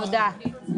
תודה.